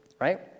right